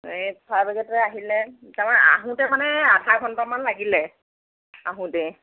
fire brigade আহিলে তাপা আহোঁতে মানে আধা ঘণ্টামান লাগিলে আহোঁতেই